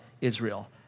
Israel